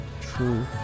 true